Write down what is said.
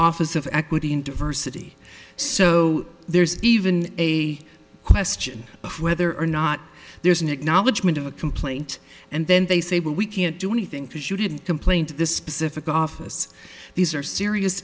office of equity and diversity so there's even a question of whether or not there's an acknowledgment of a complaint and then they say well we can't do anything because you didn't complain to this specific office these are serious